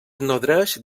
nodreix